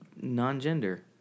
non-gender